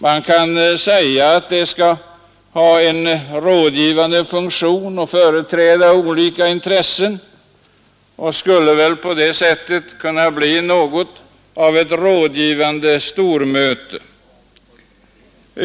Man kan säga att det skall ha en rådgivande funktion och företräda olika intressen. Det skulle väl på det sättet kunna bli något av ett rådgivande stormöte.